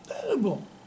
terrible